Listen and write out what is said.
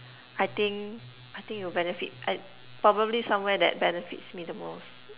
I think it'll benefit I probably somewhere that benefits me the most